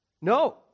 No